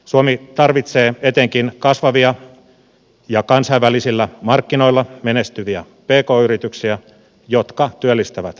suomi tarvitsee etenkin kasvavia ja kansainvälisillä markkinoilla menestyviä pk yrityksiä jotka työllistävät kotimaassa